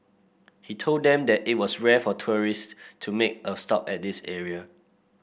he told them that it was rare for tourist to make a stop at this area